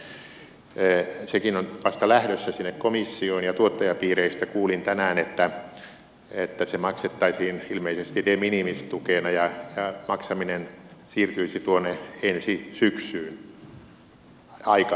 sekin on vasta lähdössä sinne komissioon ja tuottajapiireistä kuulin tänään että se maksettaisiin ilmeisesti de minimis tukena ja maksaminen siirtyisi tuonne ensi syksyyn aikaisintaan